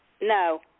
no